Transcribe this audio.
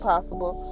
possible